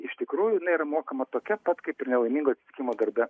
iš tikrųjų jinai yra mokama tokia pat kaip ir nelaimingo atsitikimo darbe